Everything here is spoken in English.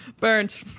Burned